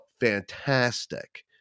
fantastic